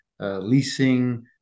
Leasing